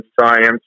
science